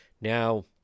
Now